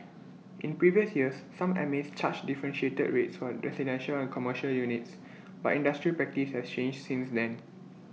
in previous years some mas charged differentiated rates for residential and commercial units but industry practice has changed since then